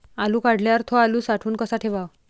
आलू काढल्यावर थो आलू साठवून कसा ठेवाव?